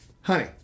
honey